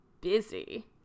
busy